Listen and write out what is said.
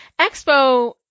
Expo